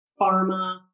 pharma